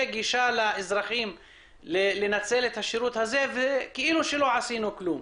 גישה לאזרחים לנצל את השירות הזה וכאילו שלא עשינו כלום.